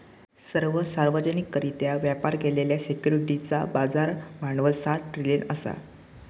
सर्व सार्वजनिकरित्या व्यापार केलेल्या सिक्युरिटीजचा बाजार भांडवल सात ट्रिलियन असा